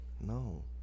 No